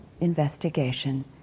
investigation